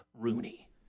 Rooney